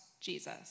Jesus